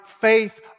faith